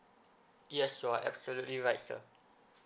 yes you're absolutely right sir